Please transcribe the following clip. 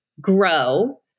grow